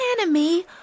enemy